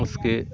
আজকে